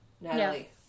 Natalie